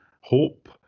hope